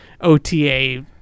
ota